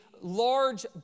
large